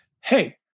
Hey